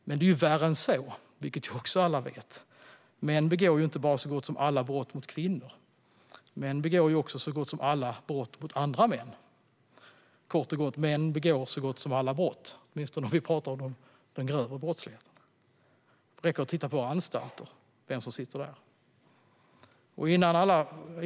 Men det är värre än så, vilket också alla vet. Män begår inte bara så gott som alla brott mot kvinnor. Män begår också så gott som alla brott mot andra män. Kort och gott begår män så gott som alla brott, åtminstone om vi talar om den grövre brottsligheten. Det räcker att man tittar på hur det ser ut på anstalterna och vilka som sitter där.